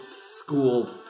school